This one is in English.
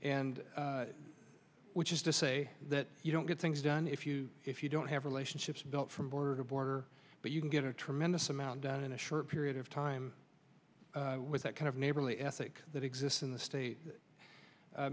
and which is to say that you don't get things done if you if you don't have relationships built from border to border but you can get a tremendous amount done in a short period of time with that kind of neighborly ethic that exists in the state